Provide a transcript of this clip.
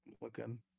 Looking